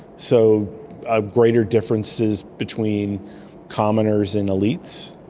so ah greater differences between commoners and elites.